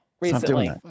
recently